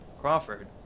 Crawford